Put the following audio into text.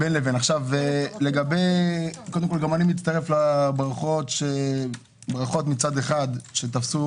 גם אני מצטרף לברכות מצד אחד שתפסו